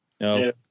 No